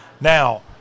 Now